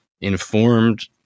informed